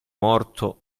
morto